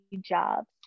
jobs